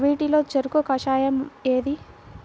వీటిలో చెరకు కషాయం ఏది?